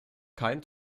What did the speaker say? keinen